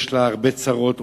יש לה הרבה צרות,